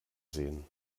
sehen